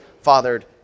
fathered